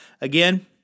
again